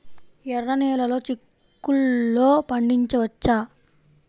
ఎర్ర నెలలో చిక్కుల్లో పండించవచ్చా?